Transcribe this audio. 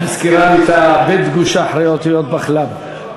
את מזכירה לי את הבי"ת דגושה, אותיות בכל"ם.